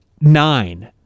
nine